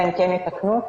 אלא אם כן יתקנו אותי,